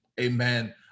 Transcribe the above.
Amen